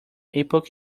epoch